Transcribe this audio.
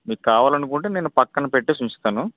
మీకు కావాలనుకుంటే నేను పక్కన పెట్టేసి ఉంచుతాను